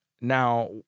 Now